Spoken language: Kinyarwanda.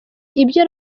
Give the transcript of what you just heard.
ibyo